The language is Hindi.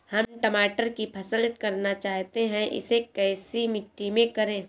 हम टमाटर की फसल करना चाहते हैं इसे कैसी मिट्टी में करें?